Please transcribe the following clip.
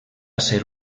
ser